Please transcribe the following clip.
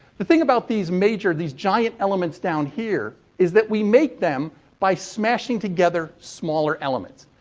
the thing about these major, these giant elements down here, is that we make them by smashing together smaller elements.